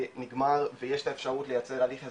נגמר ויש את האפשרות לייצר הליך אזרחי,